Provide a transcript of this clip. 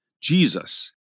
Jesus